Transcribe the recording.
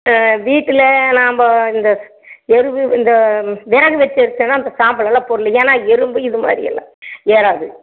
ஆ வீட்டில் நாம் இந்த எரு இந்த விறகு வைச்சி எரித்தோன்னா அந்த சாம்பலெல்லாம் போடலாம் ஏன்னா எறும்பு இது மாதிரி எல்லாம் ஏறாது